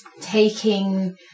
Taking